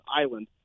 island